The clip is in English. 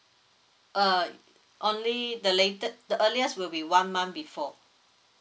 err only the later the earliest will be one month before